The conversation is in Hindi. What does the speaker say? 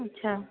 अच्छा